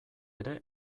ere